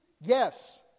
Yes